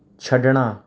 ਛੱਡਣਾ